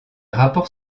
rapports